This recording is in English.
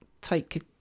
take